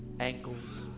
ankles,